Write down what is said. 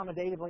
accommodatively